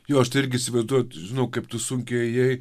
jo tai aš irgi įsivaizduoju nu kaip tu sunkiai ėjai